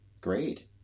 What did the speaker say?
Great